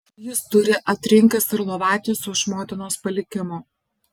jis turi atrinkęs ir lovatiesių iš motinos palikimo